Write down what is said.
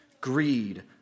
greed